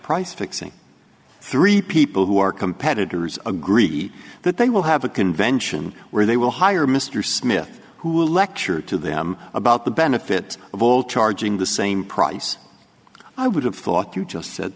price fixing three people who are competitors agreed that they will have a convention where they will hire mr smith who will lecture to them about the benefit of all charging the same price i would have thought you just said